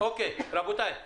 אין עדיין התייחסות.